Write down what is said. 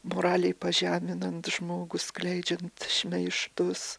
moraliai pažeminant žmogų skleidžiant šmeižtus